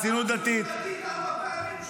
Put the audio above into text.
ישר להאשים.